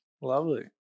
Lovely